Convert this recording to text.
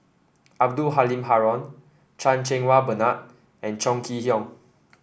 Abdul Halim Haron Chan Cheng Wah Bernard and Chong Kee Hiong